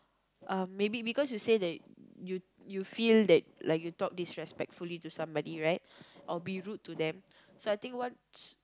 uh maybe because you say that you you feel that like you talk disrespectfully to somebody right or be rude to them so I think what's